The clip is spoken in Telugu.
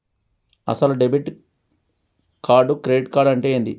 అసలు డెబిట్ కార్డు క్రెడిట్ కార్డు అంటే ఏంది?